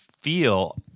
feel